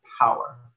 power